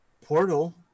portal